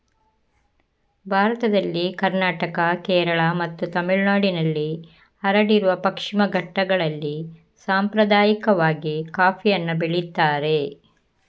ಭಾರತದಲ್ಲಿ ಕರ್ನಾಟಕ, ಕೇರಳ ಮತ್ತು ತಮಿಳುನಾಡಿನಲ್ಲಿ ಹರಡಿರುವ ಪಶ್ಚಿಮ ಘಟ್ಟಗಳಲ್ಲಿ ಸಾಂಪ್ರದಾಯಿಕವಾಗಿ ಕಾಫಿಯನ್ನ ಬೆಳೀತಾರೆ